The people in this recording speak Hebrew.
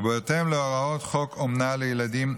ובהתאם להוראות חוק אומנה לילדים,